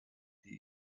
die